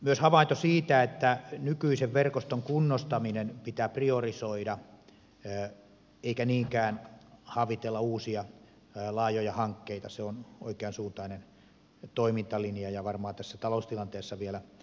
myös havainto siitä että nykyisen verkoston kunnostaminen pitää priorisoida eikä niinkään havitella uusia laajoja hankkeita on oikeansuuntainen toimintalinja ja varmaan tässä taloustilanteessa vielä järkevä linja